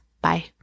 Bye